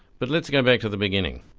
but let's go back to the beginning.